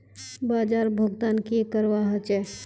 बाजार भुगतान की करवा होचे?